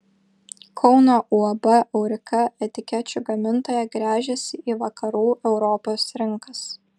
kauno uab aurika etikečių gamintoja gręžiasi į vakarų europos rinkas